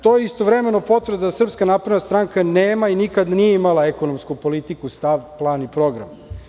To je istovremeno potvrda da SNS nema i nikad nije imala ekonomsku politiku, stav, plan i program.